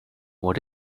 what